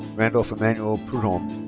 randolph emmanuel prud'homme.